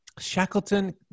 Shackleton